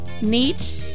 Neat